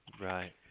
Right